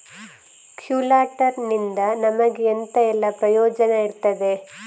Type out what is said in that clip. ಕೊಲ್ಯಟರ್ ನಿಂದ ನಮಗೆ ಎಂತ ಎಲ್ಲಾ ಪ್ರಯೋಜನ ಇರ್ತದೆ?